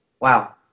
Wow